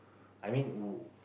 I mean w~